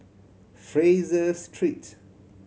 Fraser Street